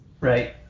Right